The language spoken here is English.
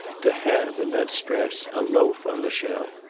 to have, in that stress, a loaf on the shelf.